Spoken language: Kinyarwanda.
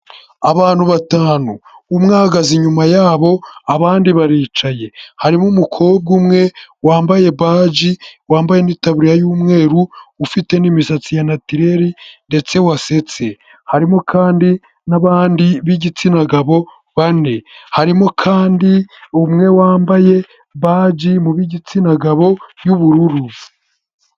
Abantu batanu, umwe ahagaze inyuma yabo abandi baricaye, harimo umukobwa umwe wambaye baji, wambaye n'itaburiya y'umweru, ufite n'imisatsi ya natureri ndetse wasetse, harimo kandi n'abandi b'igitsina gabo bane, harimo kandi umwe wambaye baji mu b'igitsina gabo y'ubururu.